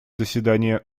заседание